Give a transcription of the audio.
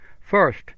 First